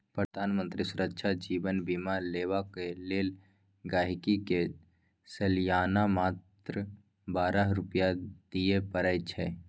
प्रधानमंत्री सुरक्षा जीबन बीमा लेबाक लेल गांहिकी के सलियाना मात्र बारह रुपा दियै परै छै